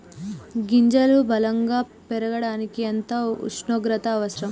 గింజలు బలం గా పెరగడానికి ఎంత ఉష్ణోగ్రత అవసరం?